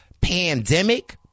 pandemic